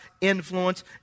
influence